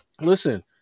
Listen